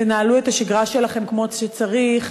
תנהלו את השגרה שלכם כמו שצריך,